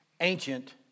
ancient